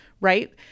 right